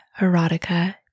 erotica